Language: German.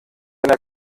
einer